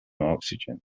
oxygen